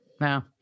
no